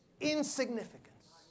insignificance